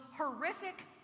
horrific